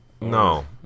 No